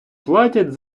платять